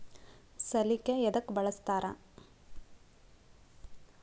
ಸಲಿಕೆ ಯದಕ್ ಬಳಸ್ತಾರ?